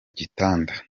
gitanda